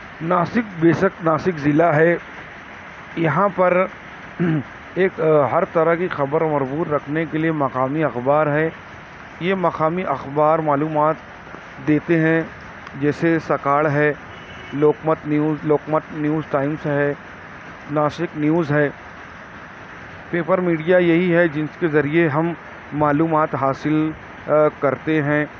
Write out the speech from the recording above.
ناسک بے شک ناسک ضلع ہے یہاں پر ایک ہر طرح کی خبر مربوط رکھنے کے لیے مقامی اخبار ہیں یہ مقامی اخبار معلومات دیتے ہیں جیسے سکاڑ ہے Lokmat news Lokmat news times ہے ناسک نیوز ہے پیپر میڈیا یہی ہے جس کے ذریعے ہم معلومات حاصل کرتے ہیں